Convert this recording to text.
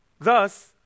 Thus